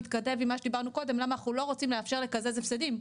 מתכתב עם מה שדיברנו קודם למה אנחנו לא רוצים לאפשר לקזז הפסדים,